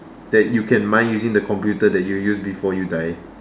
that you can mine using the computer that you used before you die